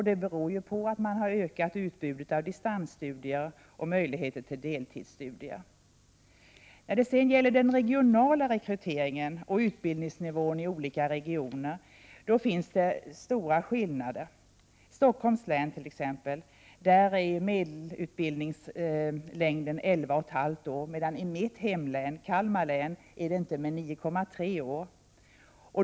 Det beror på att man har ökat utbudet av distansstudier och möjligheterna till deltidsstudier. När det sedan gäller den regionala rekryteringen och utbildningsnivån i olika regioner finns stora skillnader. I Stockholms län är t.ex. medelutbildningslängden 11,5 år, medan den i mitt hemlän, Kalmar län, inte är mer än 9,3 år.